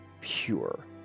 pure